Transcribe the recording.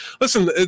listen